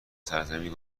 سرزمین